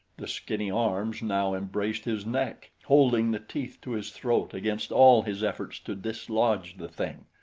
the skinny arms now embraced his neck, holding the teeth to his throat against all his efforts to dislodge the thing.